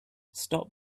stop